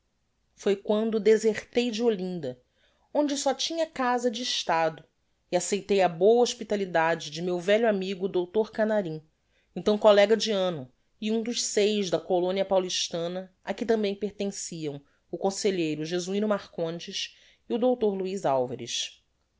foi quando desertei de olinda onde só tinha casa de estado e acceitei a boa hospitalidade de meu velho amigo dr canarim então collega de anno e um dos seis da colonia paulistana á que tambem pertenciam o conselheiro jesuino marcondes e o dr luiz alvares